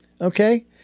okay